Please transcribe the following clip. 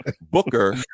Booker